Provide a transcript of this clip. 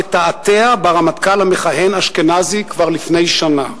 לתעתע ברמטכ"ל המכהן אשכנזי כבר לפני שנה.